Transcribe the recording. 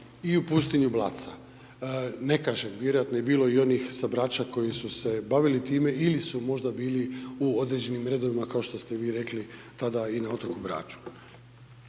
i u pustinju Blaca. Ne kažem, vjerojatno je bilo i onih sa Brača koji su se bavili time ili su možda bili u određenim redovima kao što ste vi rekli tada i na otoku Braču.